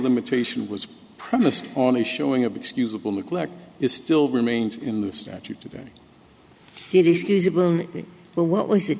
limitation was premised on a showing of excusable neglect is still remains in the statute today but what was